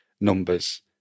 numbers